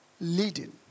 leading